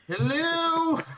Hello